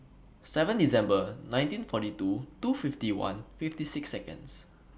seven December nineteen forty two two fifty one fifty six Seconds